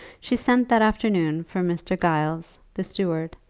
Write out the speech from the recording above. she sent that afternoon for mr. giles, the steward,